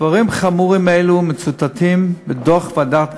דברים חמורים אלה מצוטטים בדוח ועדת גרמן,